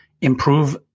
Improve